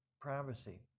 privacy